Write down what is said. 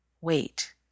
wait